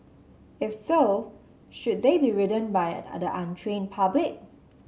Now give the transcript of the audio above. if so should they be ridden by the untrained public